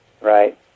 right